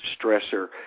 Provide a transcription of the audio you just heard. stressor